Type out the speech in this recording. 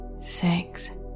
six